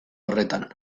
horretan